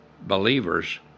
believers